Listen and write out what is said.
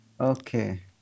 Okay